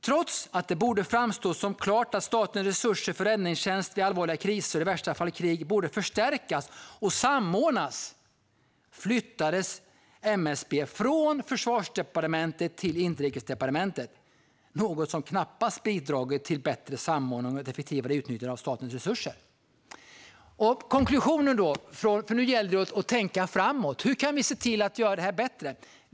Trots att det borde framstå som klart att statens resurser för räddningstjänst vid allvarliga kriser, i värsta fall krig, borde förstärkas och samordnas flyttades MSB från Försvarsdepartementet till Justitiedepartementet - något som knappast bidragit till bättre samordning och ett effektivare utnyttjande av statens resurser. Konklusionen är att nu gäller det att tänka framåt på hur vi kan se till att göra det här bättre.